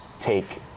take